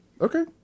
Okay